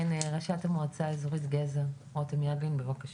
כן, ראשת מועצה האזורית גזר, רותם ידלין בבקשה.